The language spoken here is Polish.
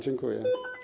Dziękuję.